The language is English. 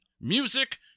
music